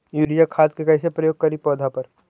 Urea खाद के कैसे प्रयोग करि पौधा पर?